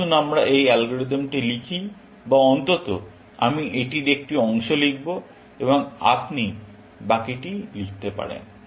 আসুন আমরা এই অ্যালগরিদমটি লিখি বা অন্তত আমি এটির একটি অংশ লিখব এবং আপনি বাকিটি লিখতে পারেন